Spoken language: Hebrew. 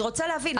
אני רוצה להבין,